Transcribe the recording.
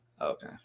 Okay